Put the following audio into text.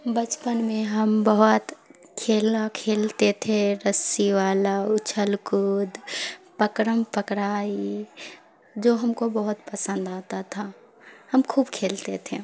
بچپن میں ہم بہت کھیلنا کھیلتے تھے رسی والا اچھل کود پکڑم پکڑائی جو ہم کو بہت پسند آتا تھا ہم خوب کھیلتے تھے